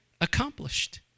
accomplished